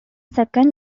second